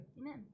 Amen